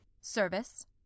Service